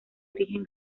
origen